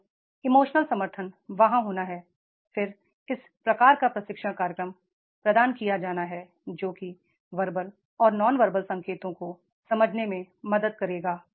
अतः इमोशनल समर्थन वहाँ होना है फिर इस प्रकार का प्रशिक्षण कार्यक्रम प्रदान किया जाना है जो कि वर्बल और नॉन वर्बल संकेतों को समझने में मदद करेगा